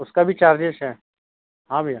उसका भी चार्जेस हैं हाँ भैया